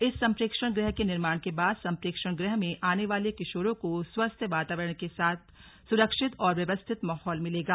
इस सम्प्रेक्षण गृह के निर्माण के बाद संप्रेक्षण गृह में आने वाले किशोरों को स्वस्थ वातारण के साथ सुरक्षित और व्यवस्थित माहौल मिलेगा